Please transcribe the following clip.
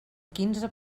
quinze